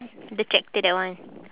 the tractor that one